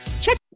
check